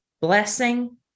blessing